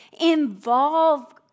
involve